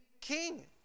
king